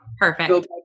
Perfect